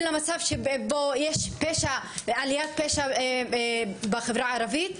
למצב שבו יש פשע ועליית פשע בחברה הערבית?